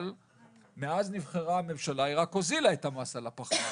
אבל מאז שנבחרה הממשלה היא רק הוזילה את המס על הפחמן.